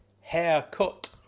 Haircut